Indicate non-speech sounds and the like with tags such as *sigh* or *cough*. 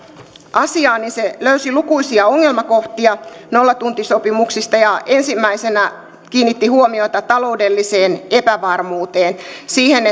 asiaa se löysi lukuisia ongelmakohtia nollatuntisopimuksista ja ensimmäisenä kiinnitti huomiota taloudelliseen epävarmuuteen siihen *unintelligible*